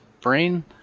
brain